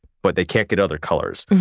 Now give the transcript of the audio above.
but they can't get other colors.